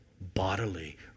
bodily